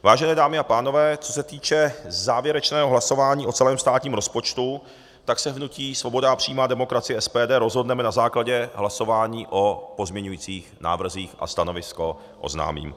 Vážené dámy a pánové, co se týče závěrečného hlasování o celém státním rozpočtu, v hnutí Svoboda a přímá demokracie, SPD, se rozhodneme na základě hlasování o pozměňovacích návrzích a stanovisko oznámím.